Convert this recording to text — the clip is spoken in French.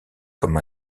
comme